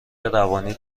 روانی